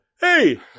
Hey